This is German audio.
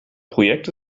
projekt